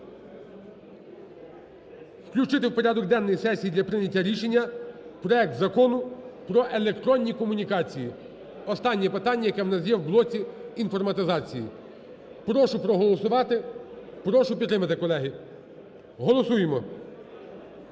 включити в порядок денний сесії для прийняття рішення проект Закону про електронні комунікації, останнє питання, яке у нас є в блоці інформатизації. Прошу проголосувати, прошу підтримати, колеги. Голосуємо.